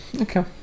okay